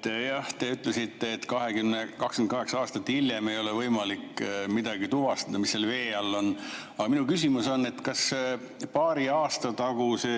Te ütlesite, et 28 aastat hiljem ei ole võimalik tuvastada, mis seal vee all on. Aga minu küsimus on: kas paari aasta taguse